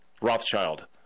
Rothschild